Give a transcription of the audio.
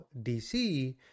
DC